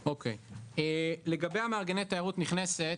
לגבי מארגני תיירות נכנסת